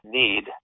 need